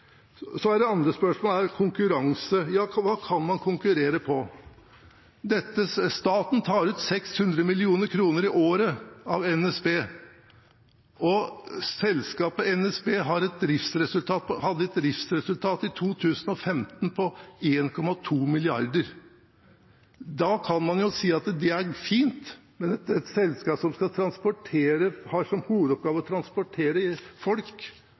Så er det det andre spørsmålet, om konkurranse. Ja, hva kan man konkurrere om? Staten tar ut 600 mill. kr i året av NSB. Selskapet NSB hadde i 2015 et driftsresultat på 1,2 mrd. kr. Da kan man si at det er fint, men når det gjelder et selskap som har som hovedoppgave å transportere folk